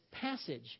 passage